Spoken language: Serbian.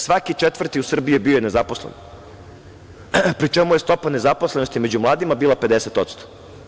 Svaki četvrti u Srbiji bio je nezaposlen, pri čemu je stopa nezaposlenosti među mladima bila 50%